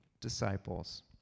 disciples